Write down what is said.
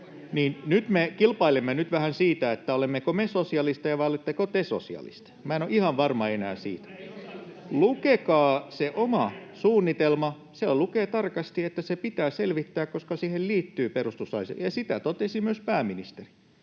Nyt me kilpailemme vähän siitä, olemmeko me sosialisteja vai oletteko te sosialisteja — minä en ole ihan varma enää siitä. [Ben Zyskowiczin välihuuto] Lukekaa se oma suunnitelmanne. Siellä lukee tarkasti, että se pitää selvittää, koska siihen liittyy perustuslaillisia haasteita, ja sen totesi myös pääministeri.